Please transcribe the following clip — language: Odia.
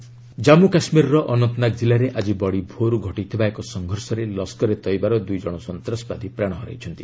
କେକେ ଏନ୍କାଉଣ୍ଟର୍ ଜନ୍ମୁ କାଶ୍ମୀରର ଅନନ୍ତନାଗ କିଲ୍ଲାରେ ଆଜି ବଡ଼ି ଭୋର୍ରୁ ଘଟିଥିବା ଏକ ସଂଘର୍ଷରେ ଲସ୍କରେ ତଇବାର ଦୁଇ ଜଣ ସନ୍ତାସବାଦୀ ପ୍ରାଣ ହରାଇଛନ୍ତି